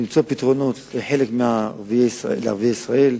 למצוא פתרונות לערביי ישראל,